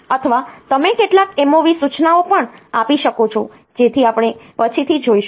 અથવા તમે કેટલાક MOV સૂચનાઓ પણ આપી શકો છો જેથી આપણે પછીથી જોઈશું